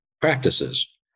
practices